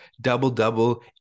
double-double